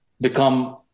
become